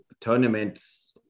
tournaments